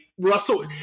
Russell –